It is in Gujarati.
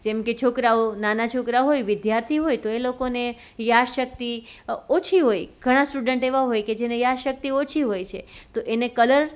જેમ કે છોકરાઓ નાના છોકરા હોય જેમ કે વિદ્યાર્થી હોય તો એ લોકોને યાદશક્તિ ઓછી હોય ઘણા સ્ટુડન્ટ એવા હોય કે જેને યાદશક્તિ ઓછી હોય છે તો એને કલર